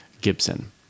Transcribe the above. Gibson